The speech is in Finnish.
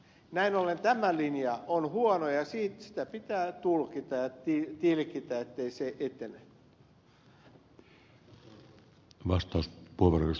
näin ollen tämä linja on huono ja sitä pitää tulkita ja tilkitä ettei se etene